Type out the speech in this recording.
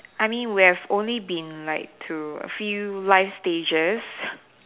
I mean we have only been like to a few life stages